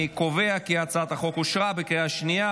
אני קובע כי הצעת החוק אושרה בקריאה שנייה.